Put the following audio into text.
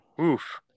oof